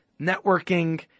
networking